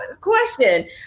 question